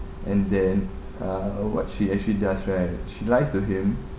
and then uh what she actually does right she lies to him